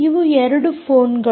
ಇವು 2 ಫೋನ್ಗಳು